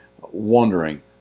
wondering